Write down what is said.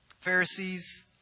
Pharisees